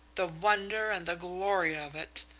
the wonder and the glory of it,